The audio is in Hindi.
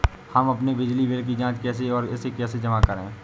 हम अपने बिजली बिल की जाँच कैसे और इसे कैसे जमा करें?